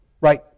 Right